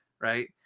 Right